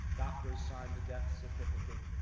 doctors sign the death certificate.